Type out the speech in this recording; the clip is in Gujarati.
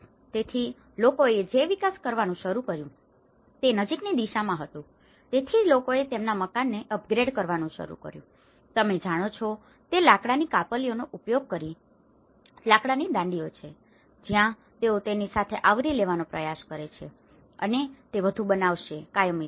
તેથી લોકોએ જે વિકાસ કરવાનું શરૂ કર્યું તે નજીકની દિશામાં હતું તેથી લોકોએ તેમના મકાનને અપગ્રેડ કરવાનું શરૂ કર્યું તમે જાણો છો તે લાકડાની કાપલીઓનો ઉપયોગ કરીને તમે જાણો છો તે લાકડાની દાંડીઓ છે જ્યાં તેઓ તેની સાથે આવરી લેવાનો પ્રયાસ કરે છે અને તે વધુ બનાવશે કાયમી દેખાવ